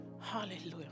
Hallelujah